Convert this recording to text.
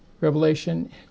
Revelation